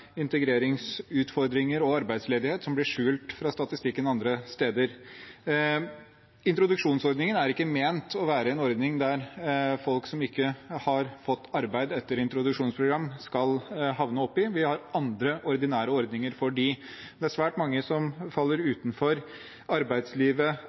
integreringsutfordringer og arbeidsledighet som blir skjult fra statistikken andre steder. Introduksjonsordningen er ikke ment å være en ordning folk som ikke har fått arbeid etter introduksjonsprogram, skal havne i. Vi har andre ordinære ordninger for dem. Det er svært mange som faller